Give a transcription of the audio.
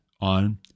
on